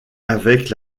avec